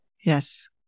Yes